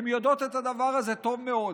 הן יודעות את הדבר הזה טוב מאוד.